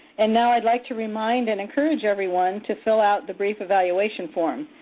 and now i'd like to remind and encourage everyone to fill out the brief evaluation form.